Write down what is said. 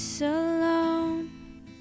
alone